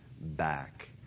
back